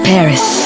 Paris